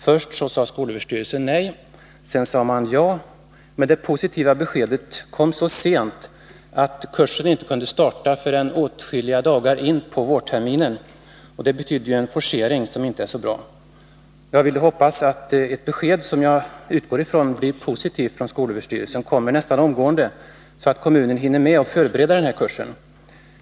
Först sade skolöverstyrelsen nej, sedan sade den ja, men det positiva beskedet kom så sent att kursen inte kunde starta förrän åtskilliga dagar in på vårterminen. Det betydde en forcering, som inte är så bra. Jag hoppas att ett besked från skolöverstyrelsen, vilket jag utgår från blir positivt, kommer nästan omedelbart, så att kommunen hinner med att förbereda denna kurs.